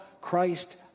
Christ